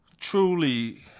truly